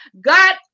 God